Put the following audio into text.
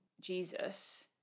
Jesus